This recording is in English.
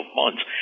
months